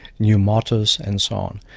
new motors and so on.